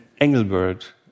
Engelbert